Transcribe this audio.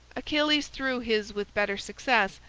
achilles threw his with better success.